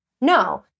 No